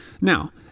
Now